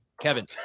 Kevin